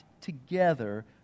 together